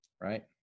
right